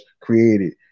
created